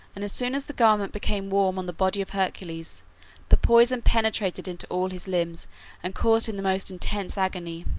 and as soon as the garment became warm on the body of hercules the poison penetrated into all his limbs and caused him the most intense agony.